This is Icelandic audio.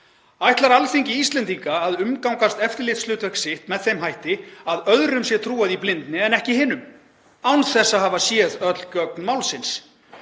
Ætlar Alþingi Íslendinga að umgangast eftirlitshlutverk sitt með þeim hætti að öðrum sé trúað í blindni en ekki hinum, án þess að hafa séð öll gögn málsins?